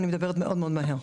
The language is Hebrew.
אני מדברת מאוד מאוד מהר.